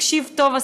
תקשיב טוב,